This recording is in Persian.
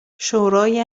شورای